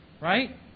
Right